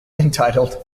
entitled